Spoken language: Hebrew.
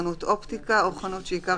חנות אופטיקה או חנות שעיקר